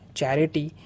charity